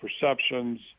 perceptions